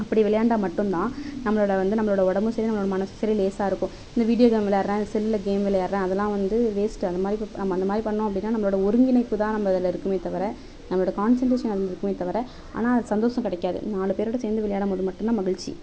அப்படி விளையாண்டால் மட்டும் தான் நம்மளோட வந்து நம்மளோட உடம்பு சரி நம்மளோட மனசு சரி லேசாக இருக்கும் இந்த வீடியோ கேம் விளையாடுறேன் செல்ல கேம் விளையாடுறேன் அதெல்லாம் வந்து வேஸ்ட் அது மாதிரி அந்த மாதிரி பண்ணிணோம் அப்படின்னா நம்மளோட ஒருங்கிணைப்பு தான் நம்ம அதில் இருக்குமே தவிர நம்மளோட கான்ஸன்ரேஷன் அதில் இருக்குமே தவிர ஆனால் அது சந்தோஷம் கிடைக்காது நாலு பேரோடு சேர்ந்து விளையாடும் போது மட்டும்தான் மகிழ்ச்சி